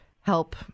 help